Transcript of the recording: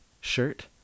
shirt